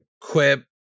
quip